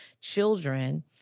children